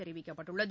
தெரிவிக்கப்பட்டுள்ளது